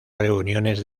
reuniones